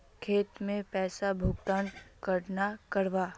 खेत के पैसा भुगतान केना करबे?